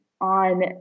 on